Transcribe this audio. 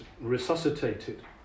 resuscitated